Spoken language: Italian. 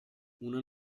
una